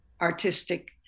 artistic